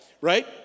right